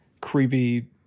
creepy